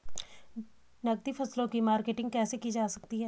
नकदी फसलों की मार्केटिंग कैसे की जा सकती है?